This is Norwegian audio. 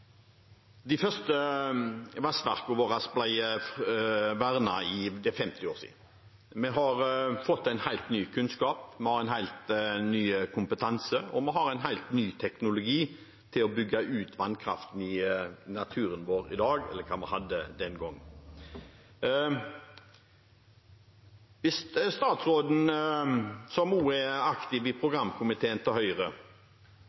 De første vassdragene våre ble vernet for 50 år siden. Vi har fått en helt ny kunnskap, vi har en helt ny kompetanse, og vi har en helt ny teknologi til å bygge ut vannkraften i naturen vår i dag enn hva vi hadde den gangen. Hvis statsråden, som også er aktiv i